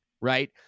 right